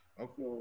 Okay